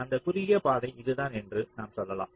அந்த குறுகிய பாதை இதுதான் என்று நாம் சொல்லலாம்